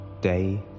day